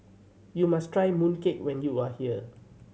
you must try mooncake when you are here